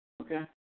Okay